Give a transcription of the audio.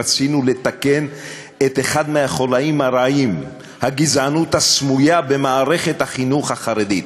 רצינו לתקן את אחד החוליים הרעים: הגזענות הסמויה במערכת החינוך החרדית.